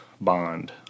Bond